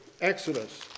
Exodus